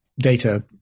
Data